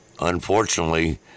unfortunately